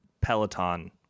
Peloton